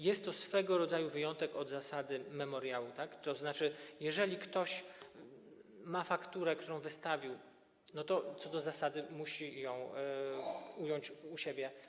Jest to swego rodzaju wyjątek od zasady memoriału, tzn. jeżeli ktoś ma fakturę, którą wystawił, to co do zasady musi ją ująć u siebie.